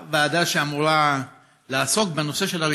מלווה אותה מאז שהייתי עוזר של שר